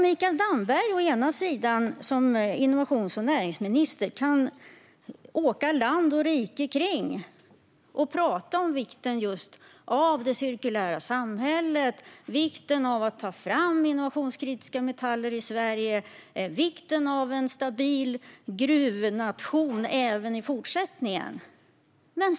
Mikael Damberg åker ju som innovations och näringsminister land och rike kring och talar om vikten av det cirkulära samhället, vikten av att ta fram innovationskritiska metaller i Sverige och vikten av att vara en stabil gruvnation även i fortsättningen.